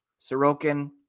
Sorokin